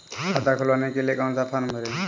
खाता खुलवाने के लिए कौन सा फॉर्म भरें?